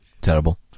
Terrible